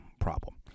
problem